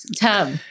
tub